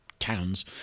towns